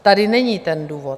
Tady není ten důvod.